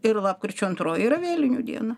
ir lapkričio antroji yra vėlinių diena